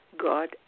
God